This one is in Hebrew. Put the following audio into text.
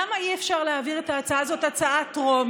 למה אי-אפשר להעביר את ההצעה הזאת בטרומית,